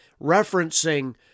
referencing